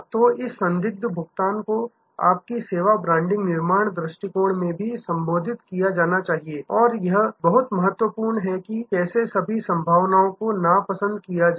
तो इस संदिग्ध भुगतान को आपकी सेवा ब्रांड निर्माण दृष्टिकोण में भी संबोधित किया जाना चाहिए और यह बहुत महत्वपूर्ण है कि कैसे सभी संभावनाओं को नापसन्द किया जाए